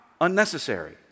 unnecessary